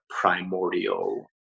primordial